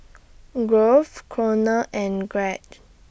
Grove Konner and Gregg